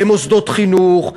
למוסדות חינוך,